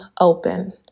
open